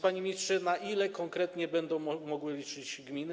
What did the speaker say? Panie ministrze, na ile konkretnie będą mogły liczyć gminy?